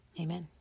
Amen